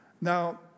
Now